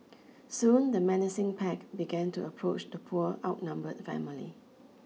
soon the menacing pack began to approach the poor outnumbered family